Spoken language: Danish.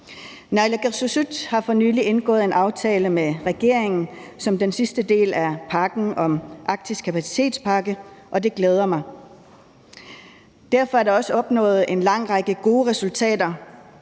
Naalakkersuisut har for nylig indgået en aftale med regeringen, og det er den sidste del af Arktis Kapacitetspakken, og det glæder mig. Derfor er der også opnået en lang række gode resultater